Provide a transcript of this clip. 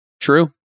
True